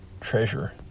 treasure